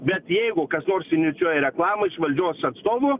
bet jeigu kas nors inicijuoja reklamą iš valdžios atstovų